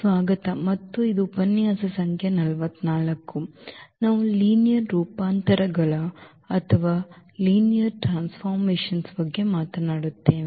ಸ್ವಾಗತ ಮತ್ತು ಇದು ಉಪನ್ಯಾಸ ಸಂಖ್ಯೆ 44 ಮತ್ತು ನಾವು ಲೀನಿಯರ್ ರೂಪಾಂತರಗಳ ಬಗ್ಗೆ ಮಾತನಾಡುತ್ತೇವೆ